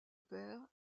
père